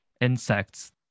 insects